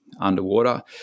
underwater